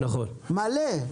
מלא.